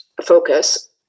focus